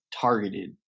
targeted